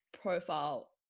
profile